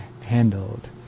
handled